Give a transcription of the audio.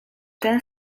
ten